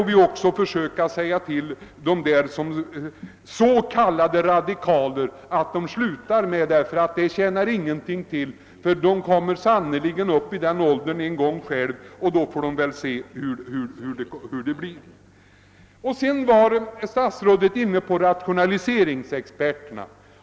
Vi måste säga till s.k. radikaler att de slutar med att tala på det sättet, ty det tjänar ingenting till. De kommer sannerligen upp i den åldern själva att de får se hur det är. Statsrådet talade om rationaliseringsexperter.